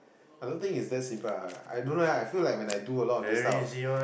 I don't think it's that simple I don't know I feel like when I do a lot this stuff